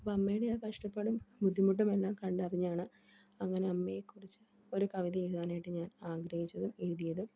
അപ്പ അമ്മോണ് ഞാൻഷ്ടപ്പാടും ബുദ്ധിമുട്ടും എല്ലാം കണ്ടറിഞ്ഞാണ് അങ്ങനെ അമ്മയെക്കുറിച്ച് ഒരു കവിത എഴുതാനായിട്ട് ഞാൻ ആഗ്രഹിച്ചതും എഴുയതും